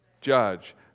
judge